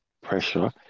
pressure